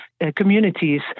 communities